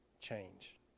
change